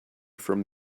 from